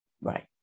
Right